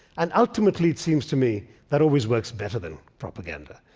and ultimately, it seems to me, that always works better than propaganda.